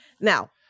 Now